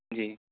جی